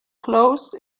closed